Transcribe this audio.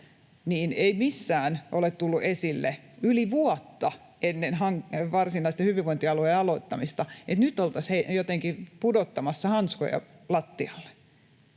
ei missään ole tullut esille yli vuotta ennen varsinaisten hyvinvointialueitten aloittamista, että nyt oltaisiin jotenkin pudottamassa hanskoja lattialle.